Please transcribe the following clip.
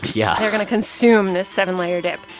yeah. they're going to consume this seven-layer dip.